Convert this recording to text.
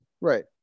Right